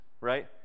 right